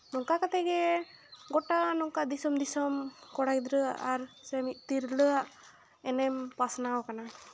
ᱱᱚᱝᱠᱟ ᱠᱟᱛᱮᱫ ᱜᱮ ᱜᱳᱴᱟ ᱱᱚᱝᱠᱟ ᱫᱤᱥᱚᱢ ᱫᱤᱥᱚᱢ ᱠᱚᱲᱟ ᱜᱤᱫᱽᱨᱟᱹ ᱟᱜ ᱥᱮ ᱢᱤᱫ ᱛᱤᱨᱞᱟᱹ ᱟᱜ ᱮᱱᱮᱢ ᱯᱟᱥᱱᱟᱣ ᱟᱠᱟᱱᱟ